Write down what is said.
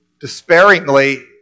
despairingly